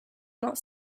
not